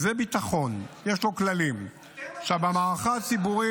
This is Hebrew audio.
חבר הכנסת שירי, שאלת שאלה נוספת.